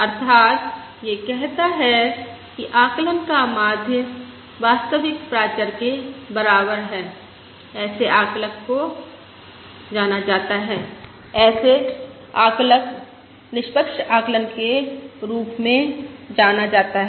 अर्थात यह कहता है कि आकलन का माध्य वास्तविक प्राचर h के बराबर है ऐसे आकलक को जाना जाता है ऐसा आकलन निष्पक्ष आकलन के रूप में जाना जाता है